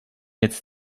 jetzt